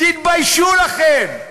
תתביישו לכם.